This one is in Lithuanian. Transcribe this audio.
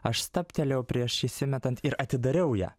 aš stabtelėjau prieš įsimetant ir atidariau ją